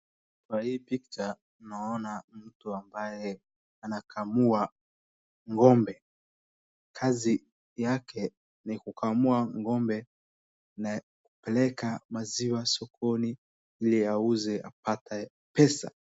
Kwa hii picha naona mtu ambaye anakamua ng'ombe. Kazi yake ni kukamua ng'ombe na kupeleka maziwa sokoni hili auze apate pesa.